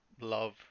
love